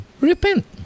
Repent